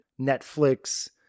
Netflix